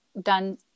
done